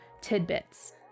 tidbits